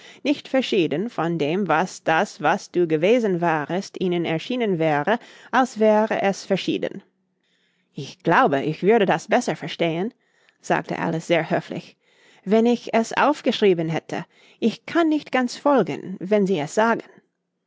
nicht verschieden von dem war daß was du gewesen warest ihnen erschienen wäre als wäre es verschieden ich glaube ich würde das besser verstehen sagte alice sehr höflich wenn ich es aufgeschrieben hätte ich kann nicht ganz folgen wenn sie es sagen